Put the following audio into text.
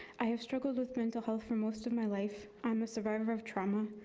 i have struggled with mental health for most of my life. i'm a survivor of trauma.